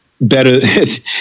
better